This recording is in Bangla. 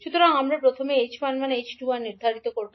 সুতরাং আমরা প্রথমে h11 h21 নির্ধারণ করব